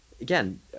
again